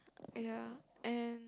ya and